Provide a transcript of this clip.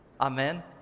Amen